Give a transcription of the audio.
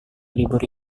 libur